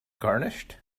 garnished